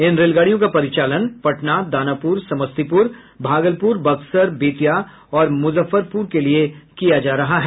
इन रेलगाड़ियों का परिचालन पटना दानापुर समस्तीपुर भागलपुर बक्सर बेतिया और मुजफ्फरपुर के लिये किया जा रहा है